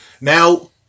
Now